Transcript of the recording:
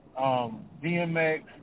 DMX